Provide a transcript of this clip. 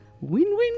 win-win